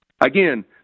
Again